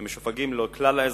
הן משווקות לכלל האזרחים,